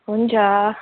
हुन्छ